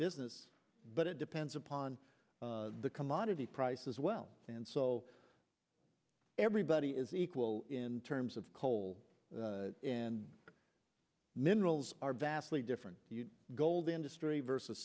business but it depends upon the commodity price as well and so everybody is equal in terms of coal and minerals are vastly different gold industry versus